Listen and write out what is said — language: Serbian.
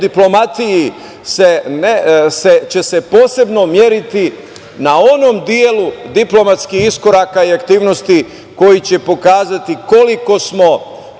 diplomatiji će se posebno meriti na onom delu diplomatskih iskoraka i aktivnosti koji će pokazati koliko smo